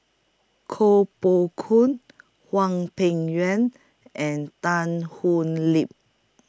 Koh Poh Koon Hwang Peng Yuan and Tan Thoon Lip